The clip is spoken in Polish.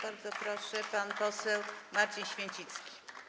Bardzo proszę, pan poseł Marcin Święcicki.